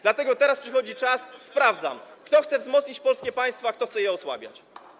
Dlatego teraz przychodzi czas na „sprawdzam”, kto chce wzmocnić polskie państwo, a kto chce je osłabiać.